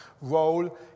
role